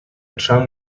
tram